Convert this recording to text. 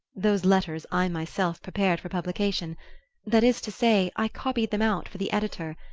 those letters i myself prepared for publication that is to say, i copied them out for the editor,